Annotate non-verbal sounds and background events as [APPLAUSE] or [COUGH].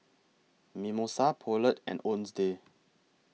Mimosa Poulet and [UNINTELLIGIBLE]